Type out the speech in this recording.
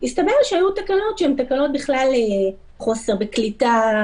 הסתבר שהיו תקלות שהן תקלות בכלל של חוסר בקליטה,